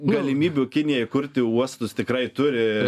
galimybių kinijai kurti uostus tikrai turi